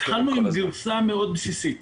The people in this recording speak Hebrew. התחלנו עם גרסה מאוד בסיסית,